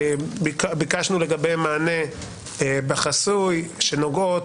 שביקשנו לגביהן מענה בחסוי, הן נוגעות,